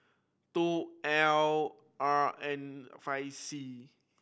two L R N five C